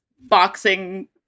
boxing